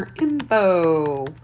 info